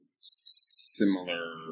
similar